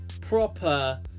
proper